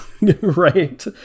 right